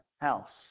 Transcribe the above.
house